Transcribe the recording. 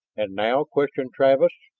and now? questioned travis.